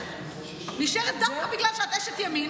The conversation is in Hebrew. אני נשארת דווקא בגלל שאת אשת ימין,